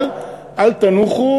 אבל אל תנוחו.